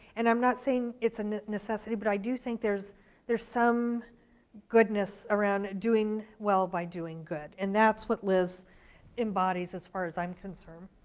and i'm not saying it's a necessity, but i do think there's there's some goodness around doing well by doing good. and that's what liz embodies as far as i'm concerned.